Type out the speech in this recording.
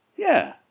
Yeah